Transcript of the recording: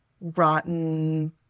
rotten